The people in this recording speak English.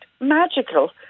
magical